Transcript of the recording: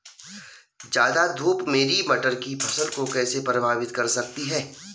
ज़्यादा धूप मेरी मटर की फसल को कैसे प्रभावित कर सकती है?